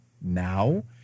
now